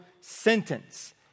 sentence